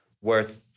worth